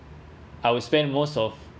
I will spend most of